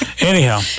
Anyhow